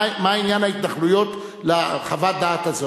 מה עניין ההתנחלויות לחוות הדעת הזאת?